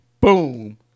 Boom